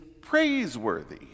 praiseworthy